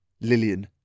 Lillian